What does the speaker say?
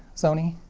sony?